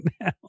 now